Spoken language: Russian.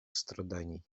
страданий